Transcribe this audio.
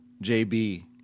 J-B